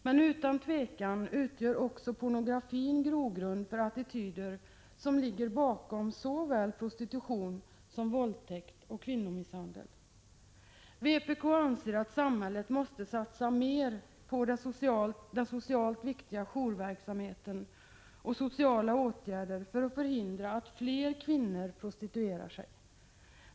Men utan tvivel utgör också pornografin en grogrund för attityder som ligger bakom såväl prostitution som våldtäkt och kvinnomisshandel. Vi i vpk anser att samhället måste satsa mer på den socialt viktiga jourverksamheten och på andra sociala åtgärder för att förhindra att fler kvinnor prostituerar sig.